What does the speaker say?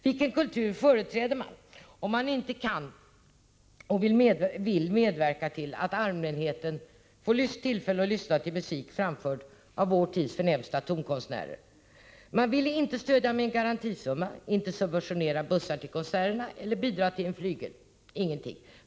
Vilken kultur företräder man, om man inte kan och vill medverka till att allmänheten får tillfälle att lyssna till musik framförd av vår tids förnämsta tonkonstnärer? Nämnden ville inte stödja evenemangen med en garantisumma, inte subventionera bussar till konserterna eller bidra till en flygel.